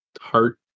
heart